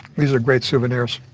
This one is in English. these are great souvenirs.